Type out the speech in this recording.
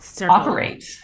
operate